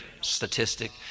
statistic